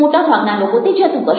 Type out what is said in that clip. મોટાભાગના લોકો તે જતું કરશે